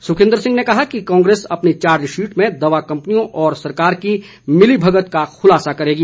सुखविंद्र सिंह ने कहा कि कांग्रेस अपनी चार्जशीट में दवा कंपनियों और सरकार की मिलिभगत का खुलासा करेगी